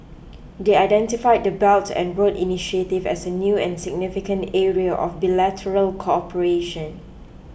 they identified the belt and road initiative as a new and significant area of bilateral cooperation